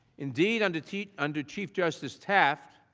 indeed under chief under chief justice taft.